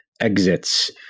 exits